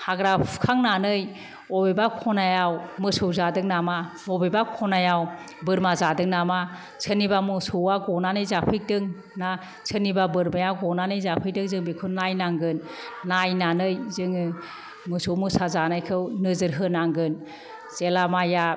हाग्रा फुखांनानै अबेबा खनायाव मोसौ जादों नामा बबेबा खनायाव बोरमा जादों नामा सोरनिबा मोसौआ गनानै जाफैदों ना सोरनिबा बोरमाया गनानै जाफैदों जों बे नायनांगोन नायनानै जोङो मोसौ मोसा जानायखौ नोजोर होनांगोन जेला माइया